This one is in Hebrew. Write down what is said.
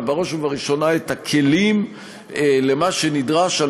ובראש ובראשונה את הכלים למה שנדרש על